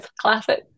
classic